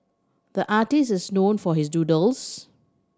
the artist is known for his doodles